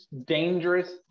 dangerous